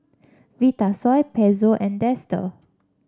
Vitasoy Pezzo and Dester